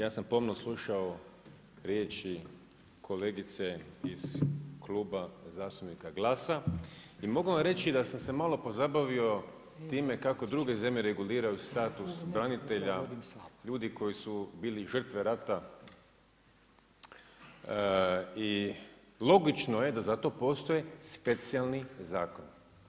Ja sam pomno slušao riječi kolegice iz Kluba zastupnika GLAS-a i mogu vam reći da sam se malo pozabavio time kako druge zemlje reguliraju status branitelja, ljudi koji su bili žrtve rata i logično je da za to postoje specijalni zakoni.